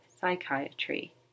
psychiatry